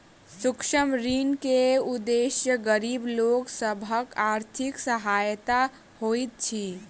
सूक्ष्म ऋण के उदेश्य गरीब लोक सभक आर्थिक सहायता होइत अछि